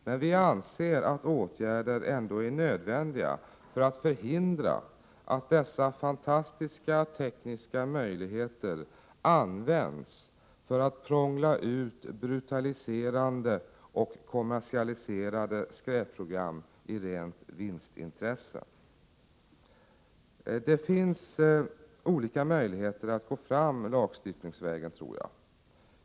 Men vi anser att åtgärder ändå är nödvändiga för att förhindra att dessa fantastiska tekniska möjligheter används för att prångla ut brutaliserande och kommersialiserade skräpprogram i rent vinstintresse. Det finns olika möjligheter att gå fram lagstiftningsvägen, tror jag.